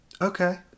Okay